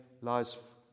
lies